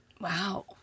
Wow